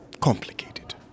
Complicated